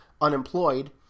unemployed